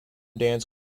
dance